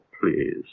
please